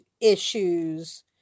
issues